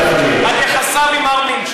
אולי יודיע לנו מר לפיד על יחסיו עם מר מילצ'ן.